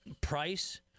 price